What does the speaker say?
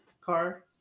car